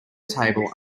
table